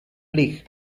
league